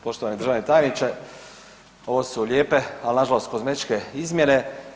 Poštovani državni tajniče, ovo su lijepe ali nažalost kozmetičke izmjene.